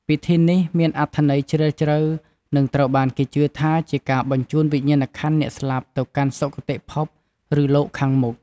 ពិធីនេះមានអត្ថន័យជ្រាលជ្រៅ និងត្រូវបានគេជឿថាជាការបញ្ជូនវិញ្ញាណក្ខន្ធអ្នកស្លាប់ទៅកាន់សុគតិភពឬលោកខាងមុខ។